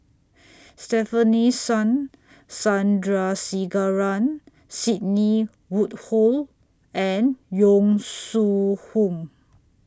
Stefanie Sun Sandrasegaran Sidney Woodhull and Yong Shu Hoong